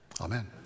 amen